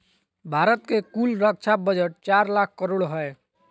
भारत के कुल रक्षा बजट चार लाख करोड़ हय